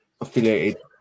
affiliated